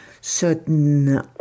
certain